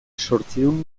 zortziehun